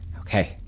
Okay